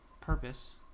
purpose